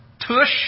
Tush